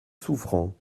souffrant